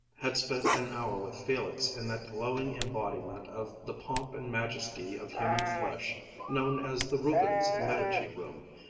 had spent an hour with felix in that glowing embodiment of the pomp and majesty of human flesh known as the rubens medici-room,